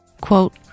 Quote